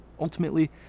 Ultimately